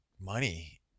money